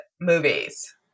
movies